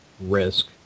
risk